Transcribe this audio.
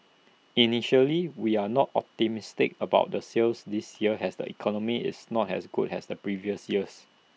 initially we are not optimistic about the sales this year as the economy is not as good as previous years